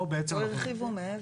פה הרחיבו מעבר,